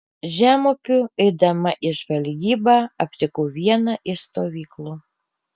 žemupiu eidama į žvalgybą aptikau vieną iš stovyklų